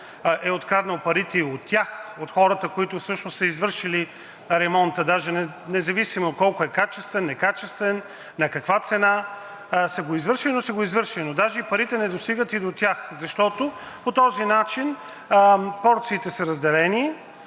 е откраднал парите и от тях, от хората, които всъщност са извършили ремонта, независимо колко е качествен, некачествен, на каква цена са го извършили, но са го извършили. Но даже парите не достигат и до тях, защото по този начин порциите са разделени,